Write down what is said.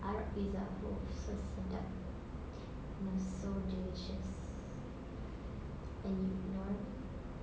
R pizza oh so sedap you know so delicious and you ignoring me